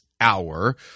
hour